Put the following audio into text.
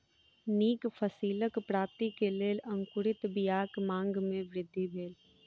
नीक फसिलक प्राप्ति के लेल अंकुरित बीयाक मांग में वृद्धि भेल